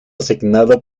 asignado